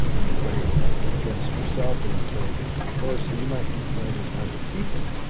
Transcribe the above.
you play against yourself and you play against the course and you might be playing with other people,